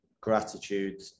gratitude